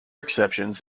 exceptions